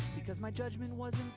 because my judgment was